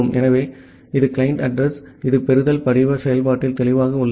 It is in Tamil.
ஆகவே இது கிளையன்ட் அட்ரஸ் இது பெறுதல் படிவ செயல்பாட்டில் தெளிவாக உள்ளது